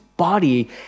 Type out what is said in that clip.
Body